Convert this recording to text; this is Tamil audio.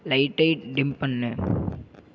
லைட்டை டிம் பண்ணு